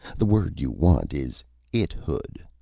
the word you want is ithood.